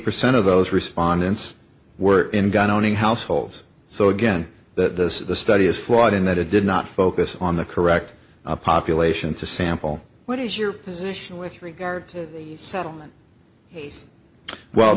percent of those respondents were in gun owning households so again that this study is flawed in that it did not focus on the correct population to sample what is your position with regard to settlement well